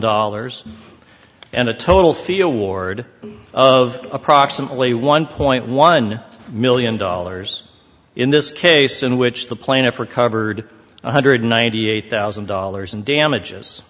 dollars and a total feel ward of approximately one point one million dollars in this case in which the plaintiff recovered one hundred ninety eight thousand dollars in damages